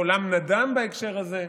קולם נדם בהקשר הזה,